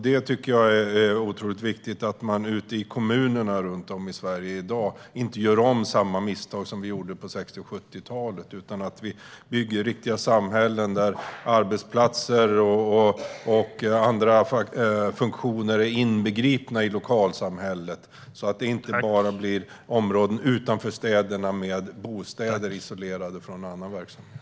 Det är otroligt viktigt att man ute i kommunerna runt om i Sverige i dag inte gör om samma misstag som vi gjorde på 60 och 70-talen utan i stället bygger riktiga samhällen, där arbetsplatser och andra funktioner är inbegripna i lokalsamhället så att det inte bara blir områden utanför städerna med bostäder som är isolerade från annan verksamhet.